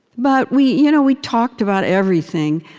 but we you know we talked about everything,